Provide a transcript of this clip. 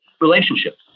relationships